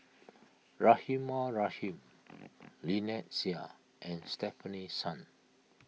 Rahimah Rahim Lynnette Seah and Stefanie Sun